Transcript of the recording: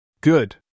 Good